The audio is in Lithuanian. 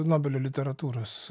nobelio literatūros